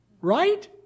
right